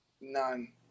none